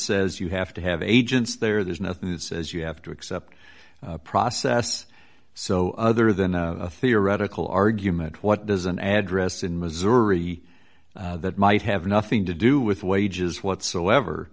says you have to have agents there there's nothing that says you have to accept a process so other than a theoretical argument what does an address in missouri that might have nothing to do with wages whatsoever